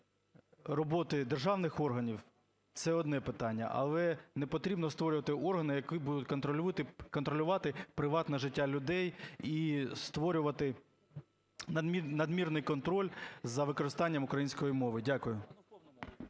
роботи державних органів – це одне питання. Але не потрібно створювати органи, які будуть контролювати приватне життя людей і створювати надмірний контроль за використанням української мови. Дякую.